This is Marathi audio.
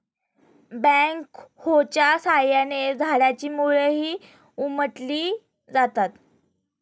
बॅकहोच्या साहाय्याने झाडाची मुळंही उपटली जातात